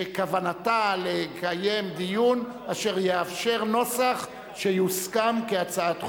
שכוונתה לקיים דיון אשר יאפשר נוסח שיוסכם כהצעת חוק.